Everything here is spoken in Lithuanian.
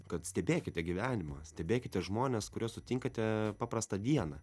kad stebėkite gyvenimą stebėkite žmones kuriuos sutinkate paprastą dieną